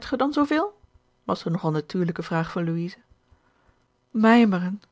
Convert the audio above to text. ge dan zooveel was de nog al natuurlijke vraag van louise george een ongeluksvogel mijmeren